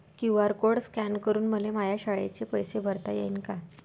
QR code scan करून मले माया शाळेचे पैसे भरता येईन का?